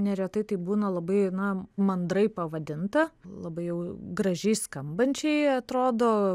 neretai tai būna labai na mandrai pavadinta labai jau gražiai skambančiai atrodo